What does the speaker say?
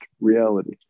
reality